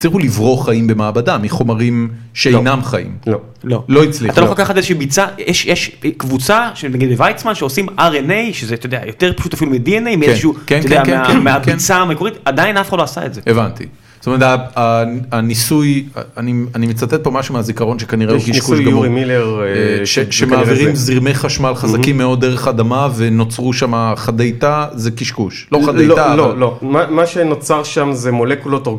הצליחו לברוא חיים במעבדה, מחומרים שאינם חיים. לא, לא. לא הצליחו. אתה לוקח ככה איזושהי ביצה, יש קבוצה, שנגיד, ויצמן, שעושים RNA, שזה, אתה יודע, יותר פשוט אפילו מ-DNA, מאיזשהו, אתה יודע, מהביצה המקורית, עדיין אף אחד לא עשה את זה. הבנתי. זאת אומרת, הניסוי, אני מצטט פה משהו מהזיכרון, שכנראה הוא קשקוש גמור. ניסוי יורי מילר. שמעבירים זרמי חשמל חזקים מאוד דרך אדמה, ונוצרו שם חדי תא, זה קשקוש. לא, חדי תא, לא, לא. מה שנוצר שם זה מולקולות אורגנית.